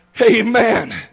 Amen